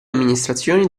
amministrazioni